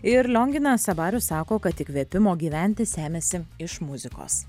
ir lionginas abarius sako kad įkvėpimo gyventi semiasi iš muzikos